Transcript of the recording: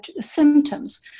symptoms